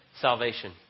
salvation